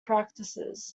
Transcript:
practices